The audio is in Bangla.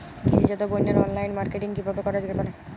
কৃষিজাত পণ্যের অনলাইন মার্কেটিং কিভাবে করা যেতে পারে?